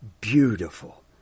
beautiful